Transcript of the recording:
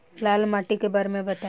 लाल माटी के बारे में बताई